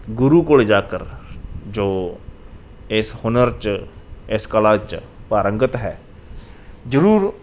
ਗੁਰੂ ਕੋਲ ਜਾਕਰ ਜੋ ਇਸ ਹੁਨਰ 'ਚ ਇਸ ਕਲਾ 'ਚ ਪਾਰੰਗਤ ਹੈ ਜ਼ਰੂਰ